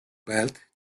belt